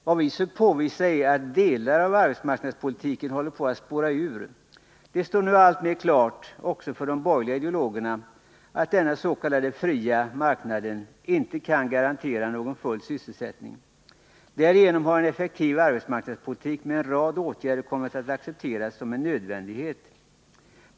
Vad vi sökt påvisa är att delar av arbetsmarknadspolitiken håller på att spåra ur. Det står nu alltmer klart också för de borgerliga ideologerna att den s.k. fria marknaden inte kan garantera någon full sysselsättning. Därigenom har en effektiv arbetsmarknadspolitik med en rad åtgärder kommit att accepteras som en nödvändighet.